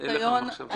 מהלך המחשבה והריכוז.